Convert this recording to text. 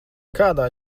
kādā